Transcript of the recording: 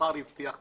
והשר הבטיח בזמנו.